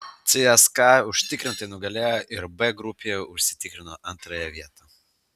cska užtikrintai nugalėjo ir b grupėje užsitikrino antrąją vietą